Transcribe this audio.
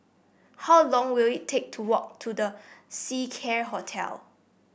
how long will it take to walk to The Seacare Hotel